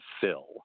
fill